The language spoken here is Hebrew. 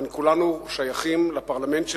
וכולנו שייכים לפרלמנט,